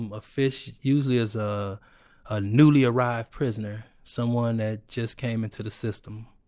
um a fish usually is ah a newly arrived prisoner, someone that just came into the system.